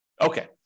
Okay